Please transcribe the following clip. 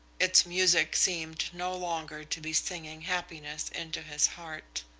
its music seemed no longer to be singing happiness into his heart.